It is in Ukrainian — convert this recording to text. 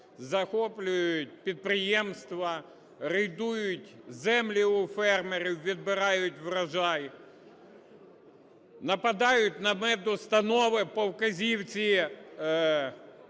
захоплюють підприємства, рейдують землі у фермерів, відбирають урожаї, нападають на медустанови по вказівці